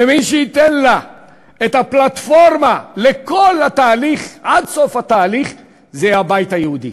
ומי שייתן לה את הפלטפורמה לכל התהליך עד סוף התהליך זה הבית היהודי.